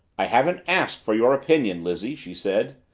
i haven't asked for your opinion, lizzie, she said.